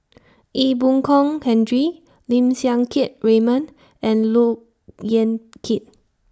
Ee Boon Kong Henry Lim Siang Keat Raymond and Look Yan Kit